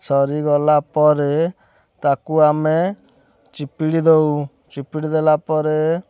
ସରିଗଲା ପରେ ତାକୁ ଆମେ ଚିପୁଡ଼ି ଦେଉ ଚିପୁଡ଼ି ଦେଲା ପରେ